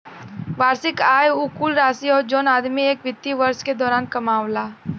वार्षिक आय उ कुल राशि हौ जौन आदमी एक वित्तीय वर्ष के दौरान कमावला